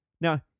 Now